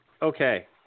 Okay